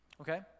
Okay